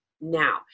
now